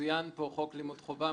מצוין חוק לימוד חובה,